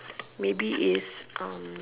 maybe is um